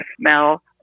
smell